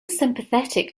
sympathetic